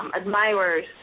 admirers